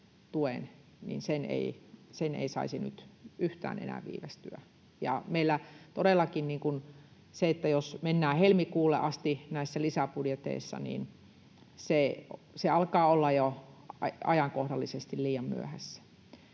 tuki ei saisi nyt yhtään enää viivästyä. Jos todellakin mennään helmikuulle asti näissä lisäbudjeteissa, niin se alkaa jo olla ajankohdallisesti liian myöhässä